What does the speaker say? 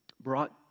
brought